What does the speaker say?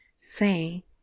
say